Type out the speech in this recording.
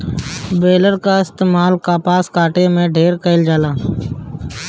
baler कअ इस्तेमाल कपास काटे में ढेर कइल जाला